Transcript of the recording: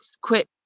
quit